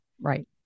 right